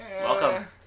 Welcome